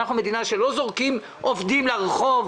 אנחנו מדינה שבה לא זורקים עובדים לרחוב,